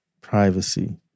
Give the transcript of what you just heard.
privacy